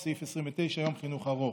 סעיף 29 (יום חינוך ארוך).